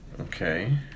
Okay